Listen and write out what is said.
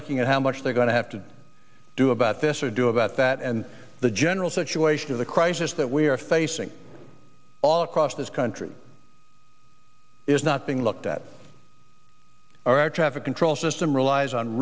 looking at how much they're going to have to do about this or do about that and the general situation of the crisis that we are facing all across this country is not being looked at all right traffic control system relies on